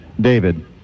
David